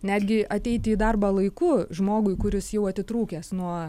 netgi ateiti į darbą laiku žmogui kuris jau atitrūkęs nuo